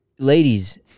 Ladies